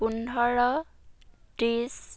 পোন্ধৰ ত্ৰিশ